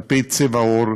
כלפי צבע עור,